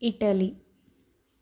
Italy